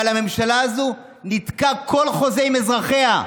אבל הממשלה הזאת ניתקה כל חוזה עם אזרחיה.